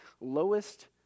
lowest